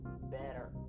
better